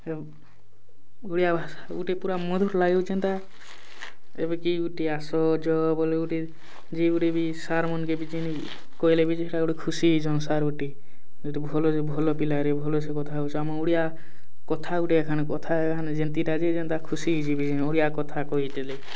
ଓଡ଼ିଆ ଭାଷା ଗୁଟେ ପୁରା ମଧୁର ଲାଗେ ଯେନ୍ତା ଏବେ କିଏ ଗୁଟେ ଆସ ଯଅ ବଲେ ଗୁଟେ ଯିଏ ଗୋଟେ ବି ସାର୍ ମନକେ ଚିହ୍ନିକି କହିଲେ ବି ଯେ ସେଟା ଗୋଟେ ଖୁସି ହେଇଛନ୍ ସାର୍ ଗୋଟେ ଗୋଟେ ଭଲରେ ଭଲ ପିଲାରେ ଭଲ ସେ କଥା ହଉଚ ଆମ ଓଡ଼ିଆ କଥା ଗୋଟେ ଏଖାନ ଯେନ୍ତିଟା ଯେ ଯେନ୍ତା ଖୁସି ହେଇଯିବ ଓଡ଼ିଆ କଥା କହିଦେଲେ